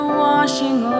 washing